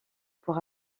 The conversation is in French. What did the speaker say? pour